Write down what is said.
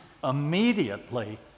immediately